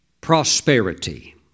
prosperity